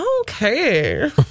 Okay